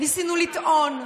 ניסינו לטעון,